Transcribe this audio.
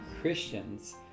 Christians